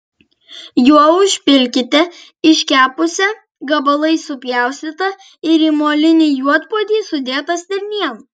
juo užpilkite iškepusią gabalais supjaustytą ir į molinį juodpuodį sudėtą stirnieną